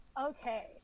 Okay